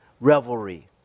revelry